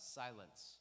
silence